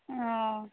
ᱚᱻ